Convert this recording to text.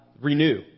renew